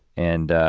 and